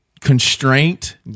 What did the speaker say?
constraint